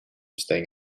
staying